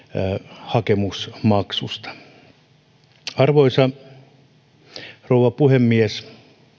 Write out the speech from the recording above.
hakemusmaksusta arvoisa rouva puhemies